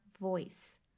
voice